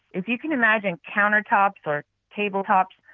if you can imagine, countertops or tabletops.